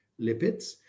lipids